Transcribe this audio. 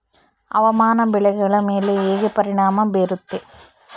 ಹವಾಮಾನ ಬೆಳೆಗಳ ಮೇಲೆ ಹೇಗೆ ಪರಿಣಾಮ ಬೇರುತ್ತೆ?